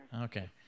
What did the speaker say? Okay